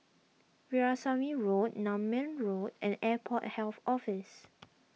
Veerasamy Road Nutmeg Road and Airport Health Office